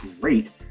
great